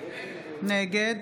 נגד